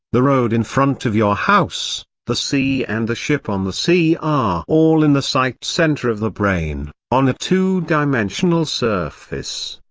the road in front of your house, the sea and the ship on the sea are all in the sight center of the brain, on a two dimensional surface.